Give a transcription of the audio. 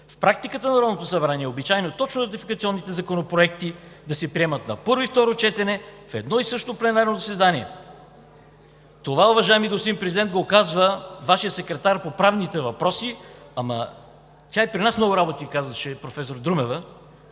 В практиката на Народното събрание е обичайно точно ратификационните законопроекти да се приемат на първо и второ четене в едно и също пленарно заседание.“ Това, уважаеми господин Президент, го казва Вашият секретар по правните въпроси. Професор Друмева и при нас много работи казваше, но тук